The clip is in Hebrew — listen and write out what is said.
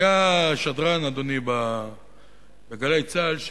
אדוני, היה ב"גלי צה"ל"